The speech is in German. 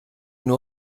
nur